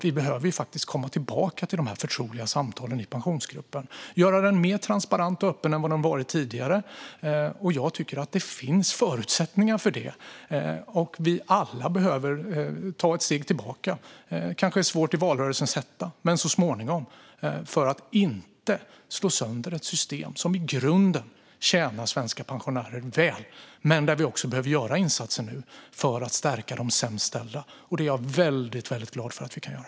Vi behöver faktiskt komma tillbaka till de här förtroliga samtalen i Pensionsgruppen och göra den mer transparent och öppen än vad den har varit tidigare. Jag tycker att det finns förutsättningar för det. Vi alla behöver ta ett steg tillbaka - det är kanske svårt i valrörelsen, men så småningom - för att inte slå sönder ett system som i grunden tjänar svenska pensionärer väl men som vi också behöver göra insatser i nu för att stärka de sämst ställda. Det är jag väldigt glad för att vi kan göra.